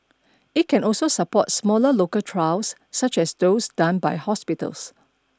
it can also support smaller local trials such as those done by hospitals